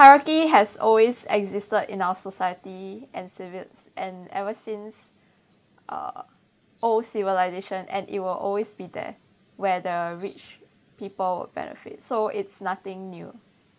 priority has always existed in our society and ever since uh old civilisation and it will always be there where the rich people will benefit so it's nothing new